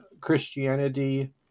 Christianity